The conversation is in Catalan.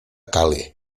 calais